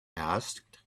asked